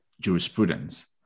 Jurisprudence